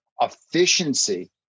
efficiency